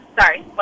Sorry